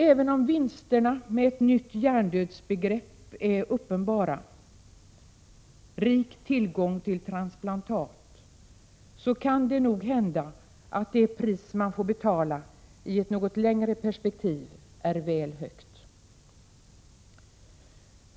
Även om vinsterna med ett nytt hjärndödsbegrepp är uppenbara — rik tillgång till transplantat —, kan det nog hända att det pris man får betala i ett något längre perspektiv är väl högt.